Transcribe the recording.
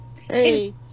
Hey